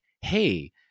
hey